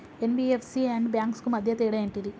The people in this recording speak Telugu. ఎన్.బి.ఎఫ్.సి అండ్ బ్యాంక్స్ కు మధ్య తేడా ఏంటిది?